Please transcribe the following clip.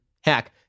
hack